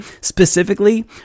specifically